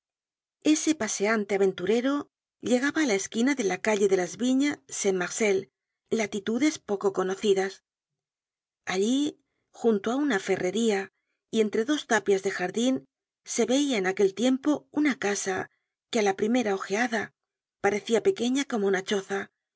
ese paseante aventurero llegaba á la esquina de la calle de las vignes saint marcel latitudes poco conocidas allí junto á una ferrería y entre dos tapias dejardin se veia en aquel tiempo una casa que á la primera ojeada parecia pequeña como una choza